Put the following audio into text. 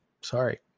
sorry